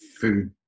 food